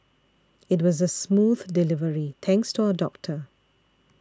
it was a smooth delivery thanks to our doctor